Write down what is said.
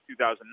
2009